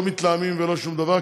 לא מתלהמים ולא שום דבר,